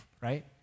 right